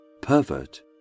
pervert